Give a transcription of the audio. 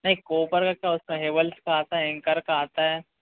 नहीं कॉपर का क्या उसका हैवेल्स का आता है एंकर का आता है